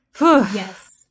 Yes